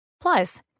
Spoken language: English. Plus